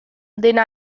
dena